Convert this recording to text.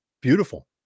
beautiful